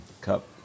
Cup